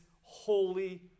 holy